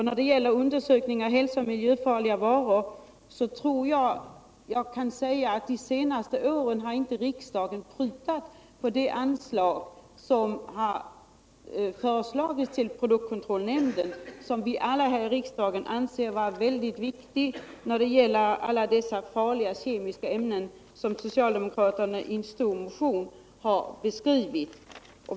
När det gäller undersökningar av hälsooch miljöfarliga varor tror jag inte att riksdagen under de senaste åren har prutat på de anslag som föreslagits till produktkontrollnämnden, som vi alla här i riksdagen anser vara mycket viktig när det gäller alla dessa farliga kemiska ämnen, som socialdemokraterna i en stor motion har beskrivit.